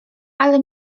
ale